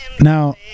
Now